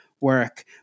work